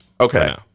Okay